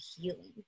healing